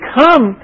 come